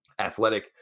athletic